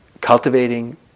Cultivating